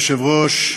אדוני היושב-ראש,